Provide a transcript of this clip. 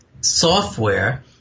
software